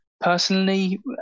personally